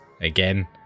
again